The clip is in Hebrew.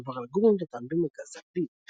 עבר לגור עם דותן במרכז תל אביב.